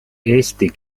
eesti